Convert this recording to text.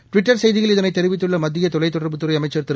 Twitter செய்தியில் இதனை தெரிவித்துள்ள மத்திய தொலைத் தொடர்புத்துறை அமைச்சர் திரு